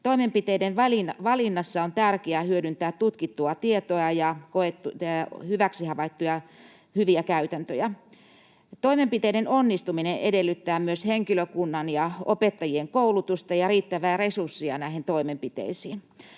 Toimenpiteiden valinnassa on tärkeää hyödyntää tutkittua tietoa ja hyväksi havaittuja hyviä käytäntöjä. Toimenpiteiden onnistuminen edellyttää myös henkilökunnan ja opettajien koulutusta ja riittävää resurssia näihin toimenpiteisiin.